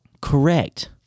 Correct